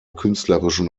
künstlerischen